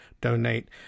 donate